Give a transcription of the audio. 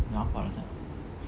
lapar lah sia